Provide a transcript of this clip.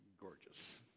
gorgeous